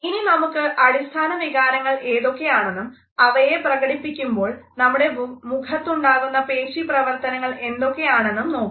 ഇനി നമുക്ക് അടിസ്ഥാന വികാരങ്ങൾ ഏതൊക്കെയാണെന്നും അവയെ പ്രകടിപ്പിക്കുമ്പോൾ നമ്മുടെ മുഖത്തുണ്ടാകുന്ന പേശീപ്രവർത്തനങ്ങൾ എന്തൊക്കെയാണെന്നും നോക്കാം